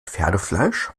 pferdefleisch